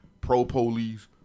pro-police